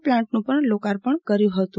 પ્લાન્ટનું લોકાર્પણ કર્યું ફતું